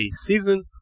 season